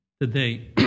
today